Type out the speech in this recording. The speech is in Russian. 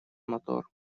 мотор